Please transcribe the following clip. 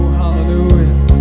hallelujah